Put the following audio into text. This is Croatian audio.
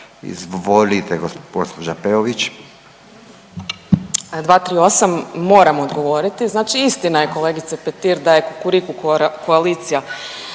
**Peović, Katarina (RF)** 238., moram odgovoriti. Znači istina je kolegice Petir da je Kukuriku koalicija